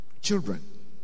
Children